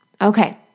Okay